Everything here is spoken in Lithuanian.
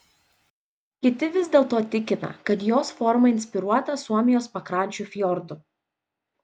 kiti vis dėlto tikina kad jos forma inspiruota suomijos pakrančių fjordų